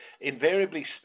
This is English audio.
invariably